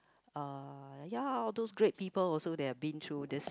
uh ya those great people also they have been through this